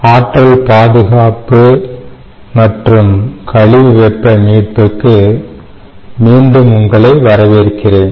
ஆற்றல் பாதுகாப்பு மற்றும் கழிவு வெப்ப மீட்புக்கு மீண்டும் உங்களை வரவேற்கிறேன்